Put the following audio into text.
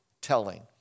telling